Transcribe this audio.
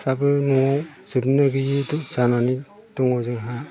न'आव जोबनो गैयै जानानै दङ जोंहा